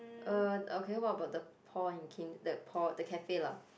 err okay what about the Paul and Kim the Pau~ the cafe lah